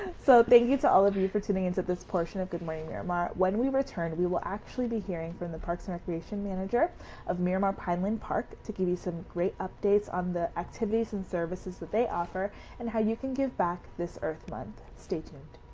so thank you to all of you for tuning into this portion of good morning miramar. when we return, we will actually be hearing from the parks and recreation manager of miramar pineland park, to give you some great updates on the activities and services that they offer and how you can give back this earth month. stay tuned.